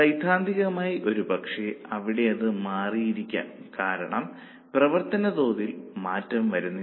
സൈദ്ധാന്തികമായി ഒരുപക്ഷേ ഇവിടെ അത് മാറില്ലായിരിക്കാം കാരണം പ്രവർത്തന തോതിൽ മാറ്റം വരുന്നില്ല